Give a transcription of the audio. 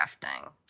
crafting